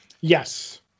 yes